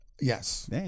Yes